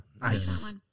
Nice